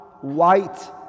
white